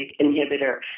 inhibitor